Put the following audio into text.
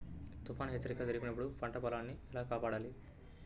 తుఫాను హెచ్చరిక జరిపినప్పుడు పంట పొలాన్ని ఎలా కాపాడాలి?